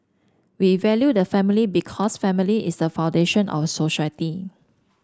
we value the family because family is the foundation of society